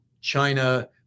China